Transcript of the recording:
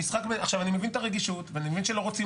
אני מבין את הרגישות ואני מבין שלא רוצים